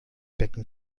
becken